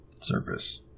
Service